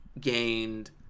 gained